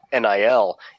NIL